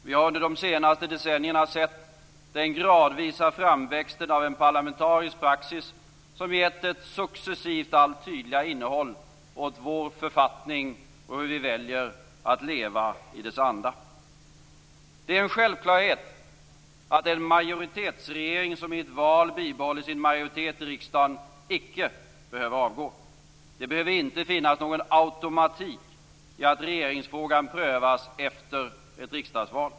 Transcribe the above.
Vi har under de senaste decennierna sett den gradvisa framväxten av en parlamentarisk praxis, som successivt gett ett allt tydligare innehåll åt vår författning och frågan om hur vi väljer att leva i dess anda. Det är en självklarhet att en majoritetsregering som i ett val behåller sin majoritet i riksdagen icke behöver avgå. Det behöver inte finnas någon automatik i att regeringsfrågan prövas efter ett riksdagsval.